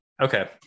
okay